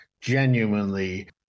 genuinely